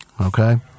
Okay